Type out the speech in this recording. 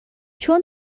چون